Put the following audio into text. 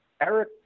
Eric